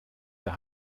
der